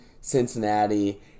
Cincinnati